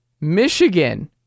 Michigan